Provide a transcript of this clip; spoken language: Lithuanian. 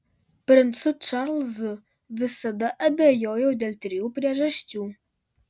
princu čarlzu visada abejojau dėl trijų priežasčių